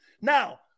Now